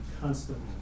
constantly